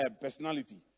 personality